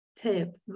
tip